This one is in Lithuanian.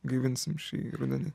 gaivinsim šį rudenį